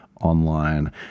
online